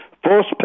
Force